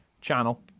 channel